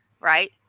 right